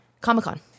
Comic-Con